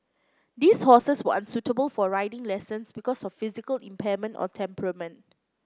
these horses were unsuitable for riding lessons because of physical impairment or temperament